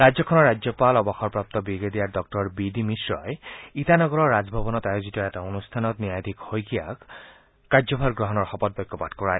ৰাজ্যখনৰ ৰাজ্যপাল অৱসৰপ্ৰাপ্ত বিগ্ৰেডিয়াৰ ডঃ বি ডি মিশ্ৰই ইটানগৰৰ ৰাজভৱনত আয়োজিত এটা অনুষ্ঠানত ন্যায়াধীশ শইকীয়াক কাৰ্যভাৰ গ্ৰহণৰ শপতবাক্য পাঠ কৰোৱায়